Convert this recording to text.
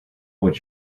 what